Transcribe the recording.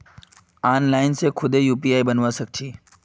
online से खुदे UPI बनवा सक छी